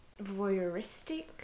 voyeuristic